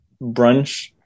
brunch